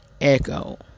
echo